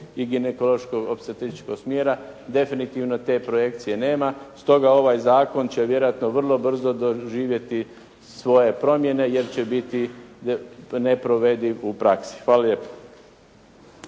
i ginekološko opstetritičkog smjera. Definitivno te projekcije nema. Stoga ovaj zakon će vjerojatno vrlo brzo doživjeti svoje promjene jer će biti neprovediv u praksi. Hvala lijepo.